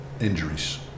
injuries